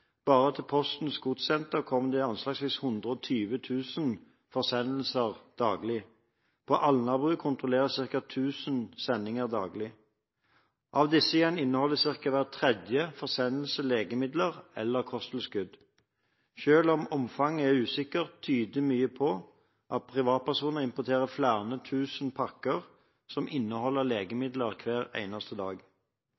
Bare til Postens Godssenter kommer det anslagsvis 120 000 forsendelser daglig. På Alnabru kontrolleres ca. 1 000 sendinger daglig. Av disse igjen inneholder ca. hver tredje forsendelse legemidler eller kosttilskudd. Selv om omfanget er usikkert, tyder mye på at privatpersoner importer flere tusen pakker som inneholder